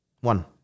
One